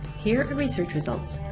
here are my search results.